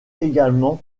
également